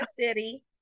city